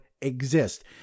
exist